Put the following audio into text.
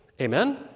Amen